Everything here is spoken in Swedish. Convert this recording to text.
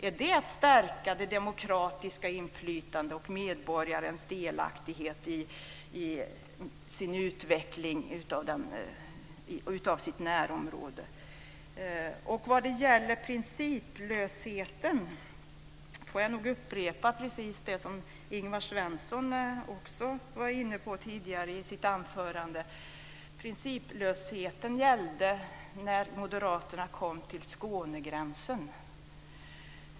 Är det att stärka det demokratiska inflytandet och medborgarens delaktighet i utvecklingen av dennes närområde? Vad gäller principlösheten får jag nog upprepa precis det som Ingvar Svensson också var inne på i sitt anförande. Principlösheten gällde när Moderaterna kom till Skånegränsen.